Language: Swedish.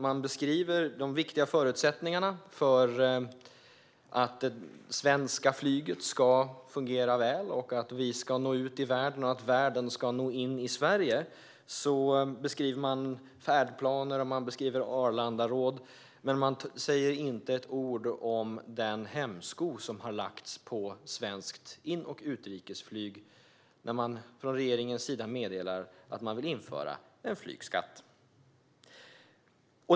Han beskriver de viktiga förutsättningarna för att det svenska flyget ska fungera väl och för att vi ska nå ut i världen och världen ska nå in i Sverige och beskriver färdplaner och Arlandaråd. Men han säger inte ett ord om den hämsko som har lagts på svenskt in och utrikesflyg i och med att regeringen har meddelat att man vill införa en flygskatt.